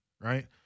right